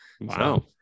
Wow